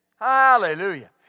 Hallelujah